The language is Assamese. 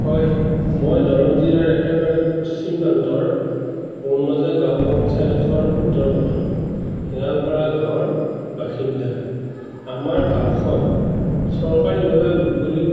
হয় মই দৰং জিলাৰ একেবাৰে পশ্চিম প্ৰান্তৰ বনমাজাৰ গাঁও পঞ্চায়তৰ অন্তৰ্গত শিয়ালপাৰা গাঁৱৰ বাসিন্দা আমাৰ গাঁওখন চৰকাৰীভাৱে মুকলিত